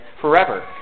forever